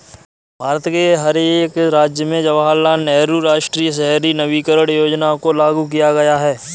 भारत के हर एक राज्य में जवाहरलाल नेहरू राष्ट्रीय शहरी नवीकरण योजना को लागू किया गया है